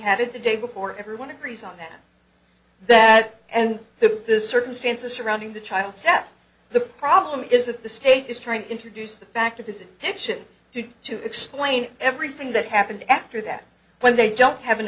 had it the day before everyone agrees on that that and the the circumstances surrounding the child's death the problem is that the state is trying to introduce the fact of his action to explain everything that happened after that when they don't have an